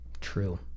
True